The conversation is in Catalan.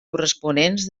corresponents